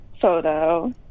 photo